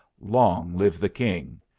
long live the king!